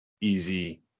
easy